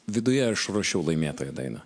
viduje aš ruošiau laimėtojo dainą